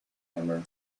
hammer